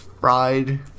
Fried